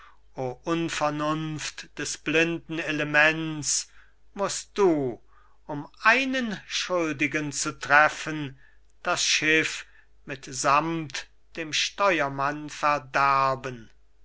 unvernunft des blinden elements musst du um einen schuldigen zu treffen das schiff mitsamt dem steuermann verderben